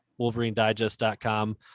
WolverineDigest.com